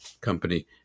company